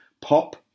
pop